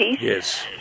Yes